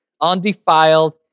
undefiled